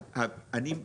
לא, אני,